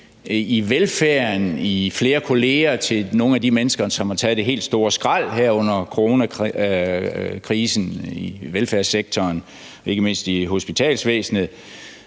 i velfærden – i flere kolleger til nogle af de mennesker, som har taget det helt store skrald her under coronakrisen i velfærdssektoren, ikke mindst i hospitalsvæsenet.